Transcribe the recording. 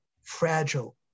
fragile